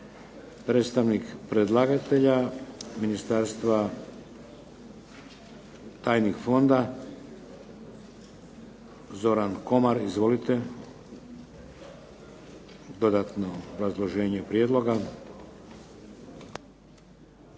Predstavnik predlagatelja ministarstva tajnih fonda Zoran Komar. Izvolite, dodatno obrazloženje prijedloga.